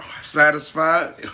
satisfied